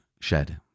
shed